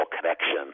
connection